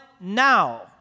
now